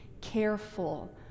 careful